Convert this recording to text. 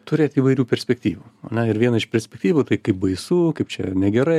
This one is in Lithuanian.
turėti įvairių perspektyvų ane ir viena iš perspektyvų tai kaip baisu kaip čia negerai